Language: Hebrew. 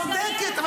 צודקת.